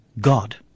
God